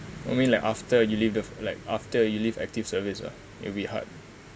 you mean like after you leave the like after you leave active service ah it'll be hard